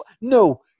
No